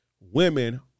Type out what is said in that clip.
Women